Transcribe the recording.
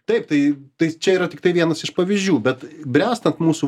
taip tai tai čia yra tiktai vienas iš pavyzdžių bet bręstant mūsų